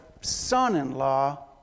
son-in-law